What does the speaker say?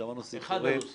שמענו הרבה